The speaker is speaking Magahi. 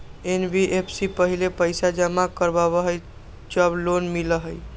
एन.बी.एफ.सी पहले पईसा जमा करवहई जब लोन मिलहई?